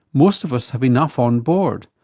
most of us have enough on board,